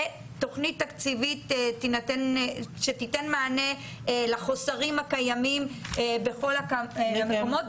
ותוכנית תקציבית שתיתן מענה לחוסרים הקיימים בכל המקומות,